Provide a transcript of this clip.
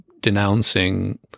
denouncing